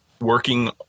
working